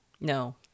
No